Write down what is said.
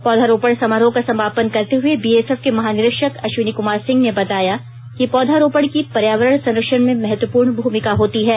पौधरोपण समारोह का समापन करते हुए बीएसएफ के महानिरीक्षक अश्विनी कुमार सिंह ने बताया कि पौधारोपण की पर्यावरण संरक्षण में महत्वपूर्ण भूमिका होती है